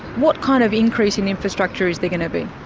what kind of increase in infrastructure is there going to be?